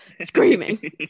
screaming